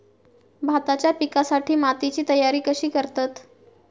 भाताच्या पिकासाठी मातीची तयारी कशी करतत?